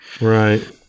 Right